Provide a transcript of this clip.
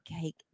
cake